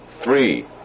three